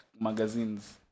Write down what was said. magazines